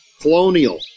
Colonial